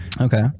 Okay